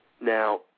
Now